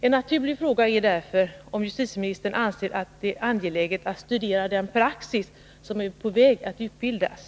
En naturlig fråga är därför om justitieministern anser det angeläget att studera den praxis som är på väg att utbildas.